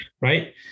Right